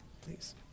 please